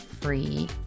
free